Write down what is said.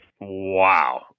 Wow